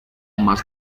más